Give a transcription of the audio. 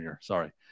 sorry